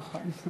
נכון.